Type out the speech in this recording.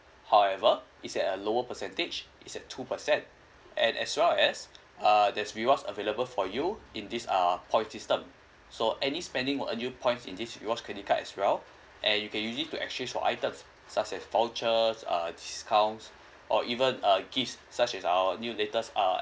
however it's at a lower percentage it's at two percent and as well as uh there's rewards available for you in this uh point system so any spending will earn you points in this rewards credit card as well and you can use it to exchange for items such as vouchers uh discounts or even uh gifts such as our new latest uh